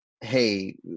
hey